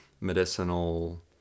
medicinal